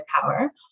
power